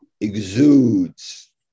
exudes